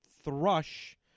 thrush